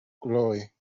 chole